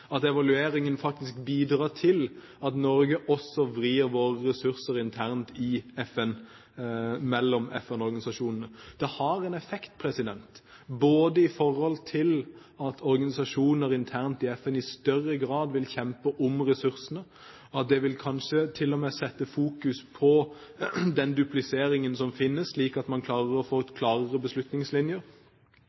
at evalueringen faktisk bidrar til at Norge også vrir sine ressurser internt i FN mellom FN-organisasjonene. Det har en effekt når det gjelder at organisasjoner internt i FN i større grad vil kjempe om ressursene, og det vil kanskje til og med sette fokus på den dupliseringen som finnes, slik at man klarer å få til klarere beslutningslinjer.